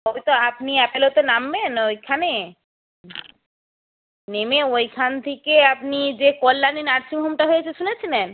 তবে তো আপনি অ্যাপোলোতে নামবেন ওইখানে নেমে ওইখান থেকে আপনি যে কল্যাণী নার্সিংহোমটা হয়েছে শুনেছিলেন